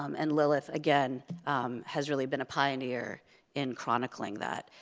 um and lilith again has really been a pioneer in chronicling that.